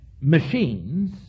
machines